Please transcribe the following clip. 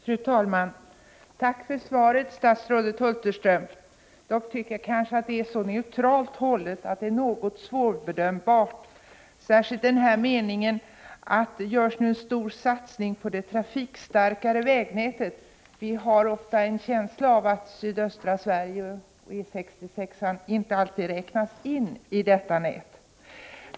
Fru talman! Tack för svaret, statsrådet Hulterström! Jag tycker att det är så neutralt hållet att det blir något svårbedömbart. Jag tänker särskilt på den mening där statsrådet säger att det nu görs ”en stor satsning på det trafikstarkare vägnätet”. Vi har i sydöstra Sverige ofta en känsla av att väg E 66 inte alltid räknas in i detta nät.